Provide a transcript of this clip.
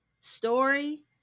story